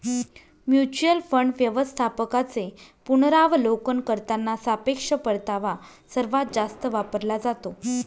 mutual fund व्यवस्थापकांचे पुनरावलोकन करताना सापेक्ष परतावा सर्वात जास्त वापरला जातो